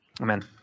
Amen